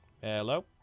Hello